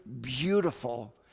beautiful